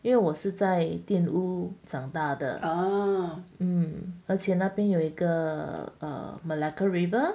因为我是在店屋长大的嗯而且那边有一个 err malacca river